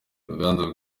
ruganzu